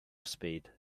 speed